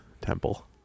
temple